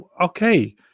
Okay